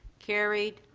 carried.